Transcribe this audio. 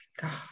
god